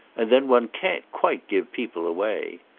and then one can't quite give people away.